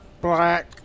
black